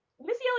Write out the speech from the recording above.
Missy